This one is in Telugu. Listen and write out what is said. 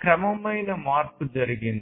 క్రమమైన మార్పు జరిగింది